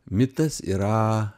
mitas yra